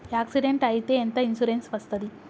Accident అయితే ఎంత insurance వస్తది?